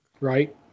Right